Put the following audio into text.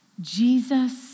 Jesus